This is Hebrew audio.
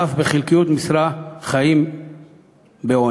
ואף בחלקיות משרה, חיים בעוני,